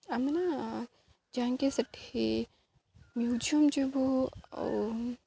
ଆମେ ନା ଯାଇଁକି ସେଠି ମ୍ୟୁଜିୟମ୍ ଯିବୁ ଆଉ